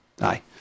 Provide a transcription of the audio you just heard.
Aye